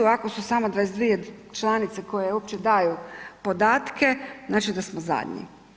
Ako su samo 22 članice koje uopće daju podatke znači da smo zadnji.